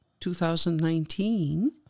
2019